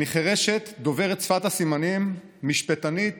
אני חירשת דוברת שפת הסימנים, משפטנית